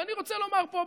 ואני רוצה לומר פה,